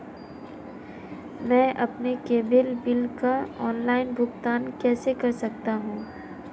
मैं अपने cable bill का ऑनलाइन भुगतान कैसे कर सकता हूं?